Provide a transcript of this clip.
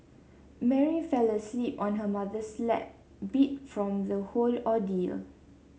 Mary fell asleep on her mother's lap beat from the whole ordeal